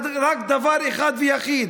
רק דבר אחד ויחיד: